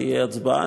תהיה הצבעה,